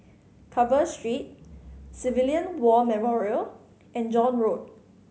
Carver Street Civilian War Memorial and John Road